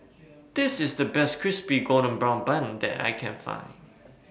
This IS The Best Crispy Golden Brown Bun that I Can Find